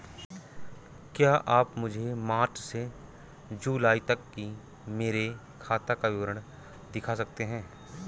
क्या आप मुझे मार्च से जूलाई तक की मेरे खाता का विवरण दिखा सकते हैं?